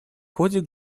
ходе